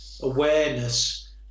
awareness